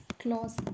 clause